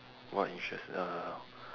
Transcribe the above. what interest err